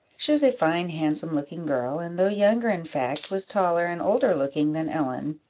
she was a fine, handsome-looking girl, and though younger in fact, was taller and older-looking than ellen,